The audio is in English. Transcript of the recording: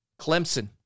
Clemson